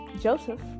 Joseph